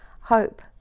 Hope